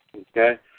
okay